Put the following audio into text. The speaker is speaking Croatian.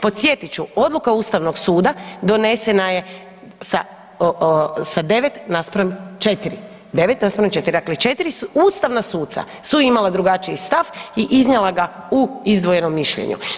Podsjetit ću odluka Ustavnog suda donesena je sa 9 naspram 4. Dakle, 4 ustavna suca su imala drugačiji stav i iznijela ga u izdvojenom mišljenju.